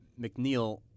McNeil